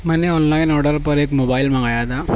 میں نے online order پر ایک موبائل منگایا تھا